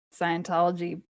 Scientology